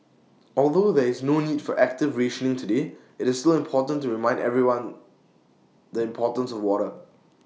although there is no need for active rationing today IT is still important to remind everyone the importance of water